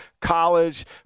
college